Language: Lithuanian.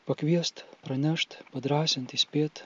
pakviest pranešt padrąsint įspėt